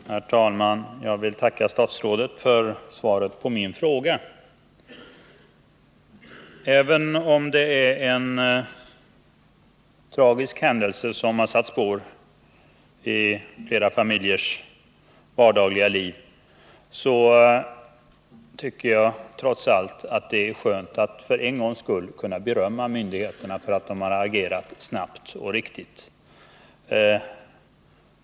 Herr talman! Jag vill tacka statsrådet för svaret på min fråga. En tragisk händelse har satt sina spår i flera familjers vardagliga liv. Men det är skönt att för en gångs skull kunna berömma myndigheterna för ett snabbt och riktigt agerande.